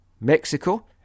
Mexico